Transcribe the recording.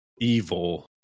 evil